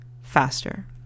faster